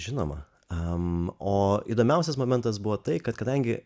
žinoma o įdomiausias momentas buvo tai kad kadangi